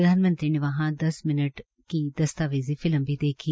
प्रधानमंत्री ने वहां दस मिनट की दस्तावेजी फिल्म भी देखी